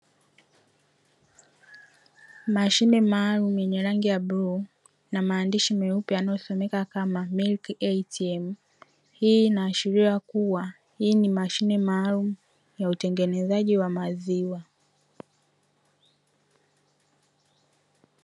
Mashine maalumu yenye rangi ya bluu na maandishi meupe yanayosomeka kama "milk ATM", hii inaashiria kuwa ni mashine maalumu ya utengenezaji wa maziwa.